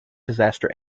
disaster